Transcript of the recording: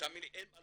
ותאמין לי, אין לנו